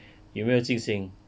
你有没有信心